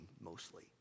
mostly